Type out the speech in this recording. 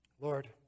Lord